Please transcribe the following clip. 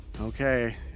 Okay